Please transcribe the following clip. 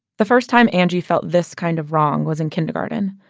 the first time angie felt this kind of wrong was in kindergarten.